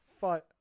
Fight